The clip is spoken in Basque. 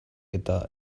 eta